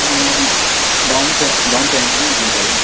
मो down pay down payment नै दिन्छु होला हौ